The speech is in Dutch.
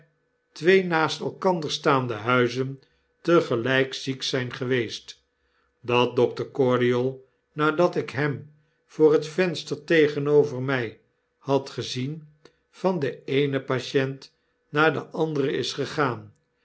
twee naast elkander staande huizen tegelp ziek zijn geweest dat dokter cordial nadat ik hem voor het venster tegenover my had gezien van den eenen patient naar den anderen is gegaan